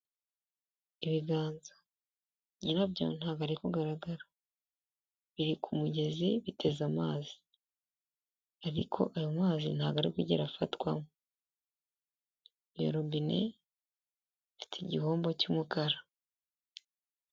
Ibiganza, nyirabyo ntabwo ari kugaragara, biri ku mugezi, biteze amazi, ariko ayo mazi ntabwo ari kwigera afatwamo, iyo robine, afite igihombo cy'umukara.